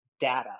data